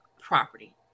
property